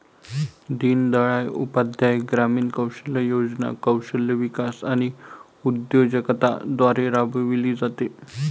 दीनदयाळ उपाध्याय ग्रामीण कौशल्य योजना कौशल्य विकास आणि उद्योजकता द्वारे राबविली जाते